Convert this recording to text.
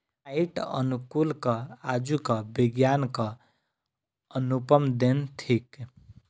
माइट अनुकूलक आजुक विज्ञानक अनुपम देन थिक